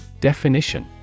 Definition